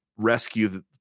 rescue